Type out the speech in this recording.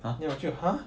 then 我就 !huh!